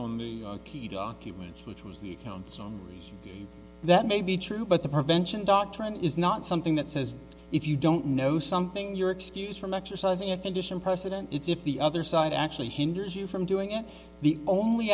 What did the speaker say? only key documents which was the account so that may be true but the prevention doctrine is not something that says if you don't know something you're excused from exercising a condition precedent it's if the other side actually hinders you from doing it the only